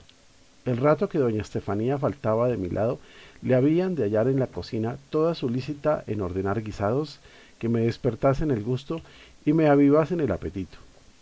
el rato que doña estefanía faltaba de mi lado le habían de hallar en la cocina toda solícita en ordenar guisados que me despertasen el gusto y me avivasen el apetito